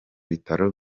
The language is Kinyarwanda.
bitaro